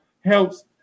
helps